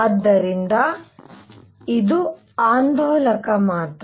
ಆದ್ದರಿಂದ ಇದು ಆಂದೋಲಕ ಮಾತ್ರ